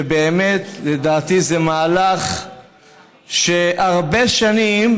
שבאמת לדעתי זה מהלך שהרבה שנים,